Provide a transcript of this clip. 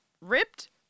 ripped